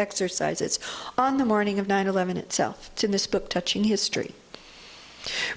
exercise its on the morning of nine eleven itself in this book touching history